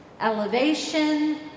Elevation